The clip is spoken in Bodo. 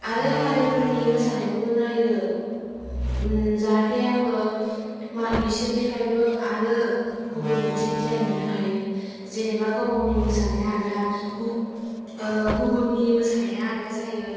आरो आं मालायफोरनि मोसानायखौबो नायो जाहाथे आङो बिसोरनिफ्रायबो आरो गुबुन मोनसे गियान मोननो हायो जेनेबा गाव गावनि मोसानाया आलादा गुबुननि मोसानाया आलादा जायो